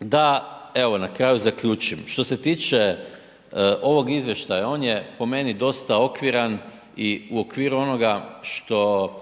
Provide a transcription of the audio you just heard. da evo na kraju zaključim, što se tiče ovog izvještaja, on je po meni dosta okviran i u okviru onoga što